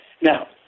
Now